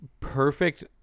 perfect